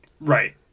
Right